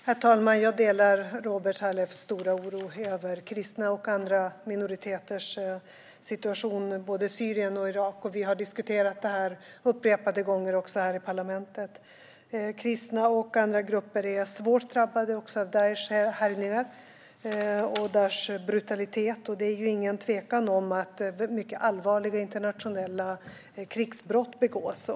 Herr talman! Jag delar Robert Halefs stora oro över kristnas och andra minoriteters situation både i Syrien och i Irak. Vi har diskuterat detta upprepade gånger också här i parlamentet. Kristna och andra grupper är svårt drabbade av Daishs härjningar och brutalitet. Det är inga tvivel om att mycket allvarliga internationella krigsbrott begås.